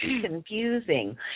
confusing